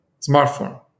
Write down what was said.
smartphone